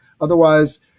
Otherwise